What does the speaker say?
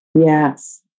Yes